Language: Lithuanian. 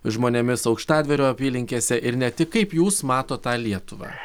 žmonėmis aukštadvario apylinkėse ir ne tik kaip jūs matot tą lietuvą